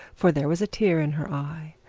for there was a tear in her eye,